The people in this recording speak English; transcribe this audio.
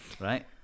right